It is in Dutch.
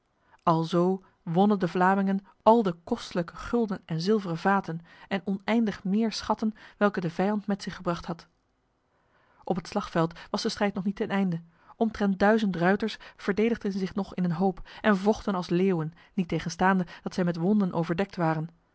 alzo wonnen de vlamingen al de kostelijke gulden en zilveren vaten en oneindig meer schatten welke de vijand met zich gebracht had op het slagveld was de strijd nog niet ten einde omtrent duizend ruiters verdedigden zich nog in een hoop en vochten als leeuwen niettegenstaande dat zij met wonden overdekt waren